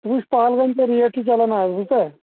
ژٕ وُچھ پانہٕ وۄنۍ کیٛاہ ریٹ چھِ چلان اَز بوٗزتھا